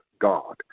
God